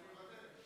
אני מוותר.